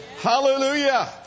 Hallelujah